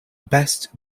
best